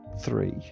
three